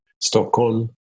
Stockholm